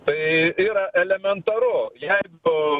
tai yra elementaru jeigu